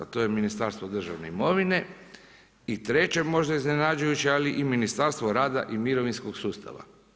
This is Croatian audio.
To je Ministarstvo državne imovine i treće možda iznenađujuće, ali i Ministarstvo rada i mirovinskog sustava.